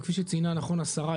וכפי שציינה נכון השרה,